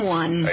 one